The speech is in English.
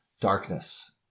darkness